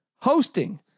hosting